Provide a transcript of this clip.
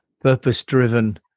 purpose-driven